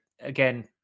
again